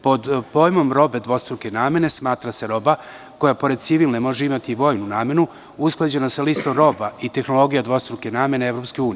Pod pojmom robe dvostruke namene smatra se roba koja, pored civilne, može imati i vojnu namenu, usklađena sa listom roba i tehnologija dvostruke namene EU.